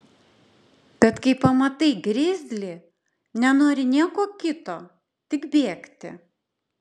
bet kai pamatai grizlį nenori nieko kito tik bėgti